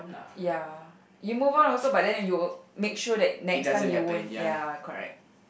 ya you move on also but then you make sure that next time you won't ya correct